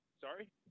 Sorry